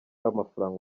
w’amafaranga